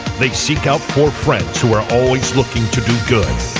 they seek out four friends who are always looking to do good.